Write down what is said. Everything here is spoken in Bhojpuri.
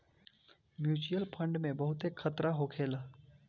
म्यूच्यूअल फंड में बहुते खतरा होखेला